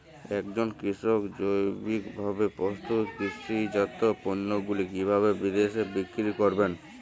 একজন কৃষক জৈবিকভাবে প্রস্তুত কৃষিজাত পণ্যগুলি কিভাবে বিদেশে বিক্রি করবেন?